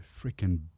freaking